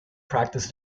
practice